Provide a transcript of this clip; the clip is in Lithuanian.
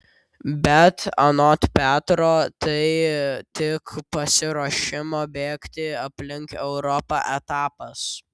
bet anot petro tai tik pasiruošimo bėgti aplink europą etapas